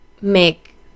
make